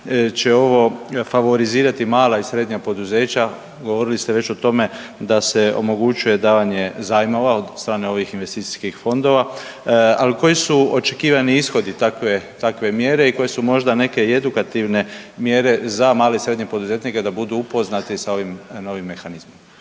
će ovo favorizirati mala i srednja poduzeća, govorili ste već o tome da se omogućuje davanje zajmova od strane ovih investicijskih fondova, ali koji su očekivani ishodi takve mjere i koje su možda neke i edukativne mjere za male i srednje poduzetnike da budu upoznati sa ovim novim mehanizmom?